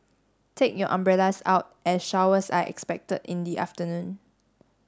take your umbrellas out as showers are expected in the afternoon